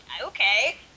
okay